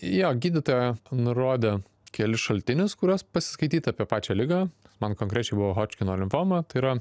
jo gydytoja nurodė kelis šaltinius kuriuos pasiskaityt apie pačią ligą man konkrečiai buvo hodžkino limfoma tai yra